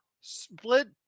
split